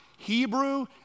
Hebrew